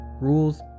rules